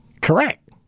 correct